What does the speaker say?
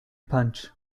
punch